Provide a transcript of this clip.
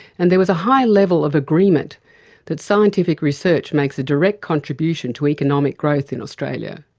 and there was a high level of agreement that scientific research makes a direct contribution to economic growth in australia.